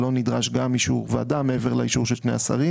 נושא ההימורים בבני הנוער מאוד מאוד מטריד.